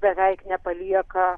beveik nepalieka